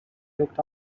looked